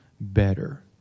better